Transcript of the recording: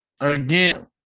again